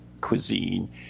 cuisine